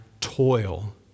toil